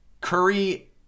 Curry